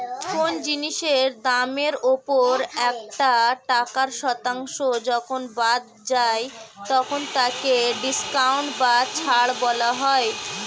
কোন জিনিসের দামের ওপর একটা টাকার শতাংশ যখন বাদ যায় তখন তাকে ডিসকাউন্ট বা ছাড় বলা হয়